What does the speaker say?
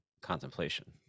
contemplation